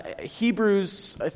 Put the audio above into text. Hebrews